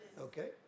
okay